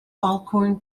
alcorn